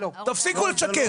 תפסיקו לשקר.